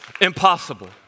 impossible